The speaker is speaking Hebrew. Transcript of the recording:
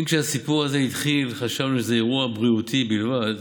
אם כשהסיפור הזה התחיל חשבנו שזה אירוע בריאותי בלבד,